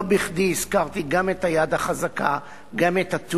לא בכדי הזכרתי גם את "הי"ד החזקה",